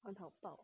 很好抱